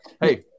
hey